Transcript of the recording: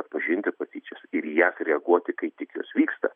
atpažinti patyčias ir į jas reaguoti kai tik jos vyksta